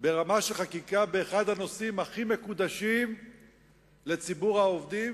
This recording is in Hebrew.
ברמה של חקיקה באחד הנושאים הכי מקודשים לציבור העובדים,